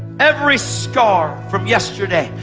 every scar from yesterday,